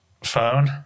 Phone